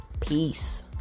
peace